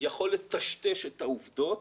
יכול לטשטש את העובדות